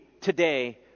today